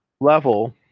level